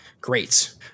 great